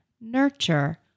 nurture